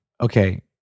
Okay